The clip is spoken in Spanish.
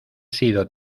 sido